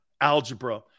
algebra